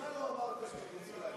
סמוטריץ,